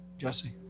Jesse